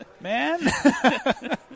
Man